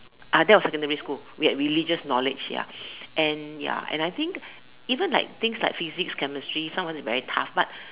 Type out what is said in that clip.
ah that was secondary school we had religious knowledge ya and ya I think even like things like physics chemistry some of it very tough but